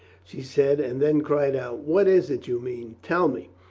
she said and then cried out. what is it you mean? tell me!